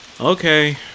Okay